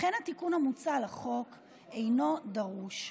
לכן התיקון המוצע לחוק אינו דרוש.